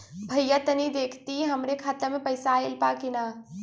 भईया तनि देखती हमरे खाता मे पैसा आईल बा की ना?